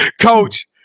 Coach